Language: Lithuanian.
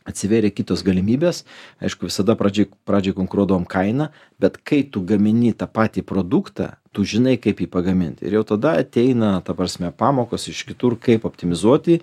atsivėrė kitos galimybės aišku visada pradžioj pradžioj konkuruodavom kaina bet kai tu gamini tą patį produktą tu žinai kaip jį pagamint ir jau tada ateina ta prasme pamokos iš kitur kaip optimizuoti